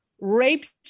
raped